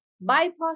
bypass